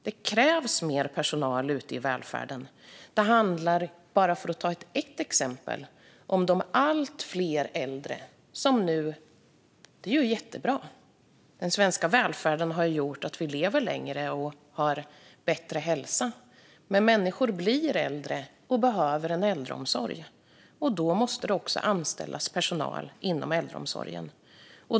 Det krävs mer personal ute i välfärden. Det handlar, bara för att ta ett exempel, om att allt fler blir äldre, vilket är jättebra. Den svenska välfärden har gjort att vi lever längre och har bättre hälsa. Men människor blir äldre och behöver äldreomsorg, och då måste det anställas personal inom äldreomsorgen.